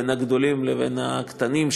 בין הגדולים לבין הקטנים,